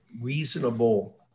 reasonable